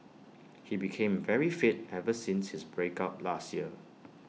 he became very fit ever since his break up last year